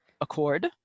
accord